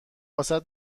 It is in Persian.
واست